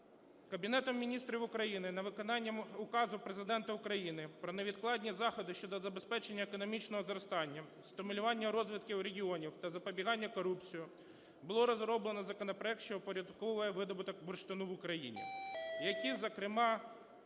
Кабінетом Міністрів України на виконання Указу Президента України "Про невідкладні заходи щодо забезпечення економічного зростання, стимулювання розвитку регіонів та запобігання корупції" було розроблено законопроект, що впорядковує видобуток бурштину в Україні, який, зокрема,